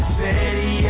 city